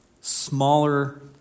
smaller